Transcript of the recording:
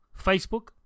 Facebook